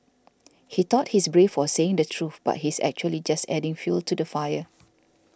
he thought he's brave for saying the truth but he's actually just adding fuel to the fire